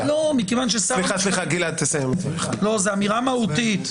זאת אמירה מהותית.